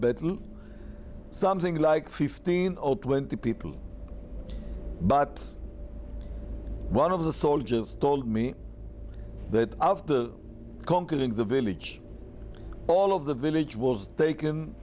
bed something like fifteen or twenty people but one of the soldiers told me that after conquering the village all of the village was taken